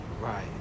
Right